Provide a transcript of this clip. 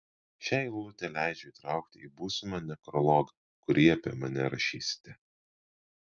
šią eilutę leidžiu įtraukti į būsimą nekrologą kurį apie mane rašysite